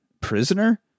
Prisoner